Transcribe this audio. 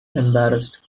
embarrassed